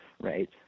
Right